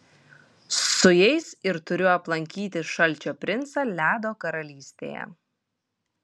su jais ir turiu aplankyti šalčio princą ledo karalystėje